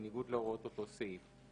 בניגוד להוראות אותו סעיף,